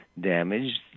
damaged